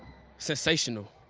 sensational.